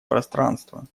пространство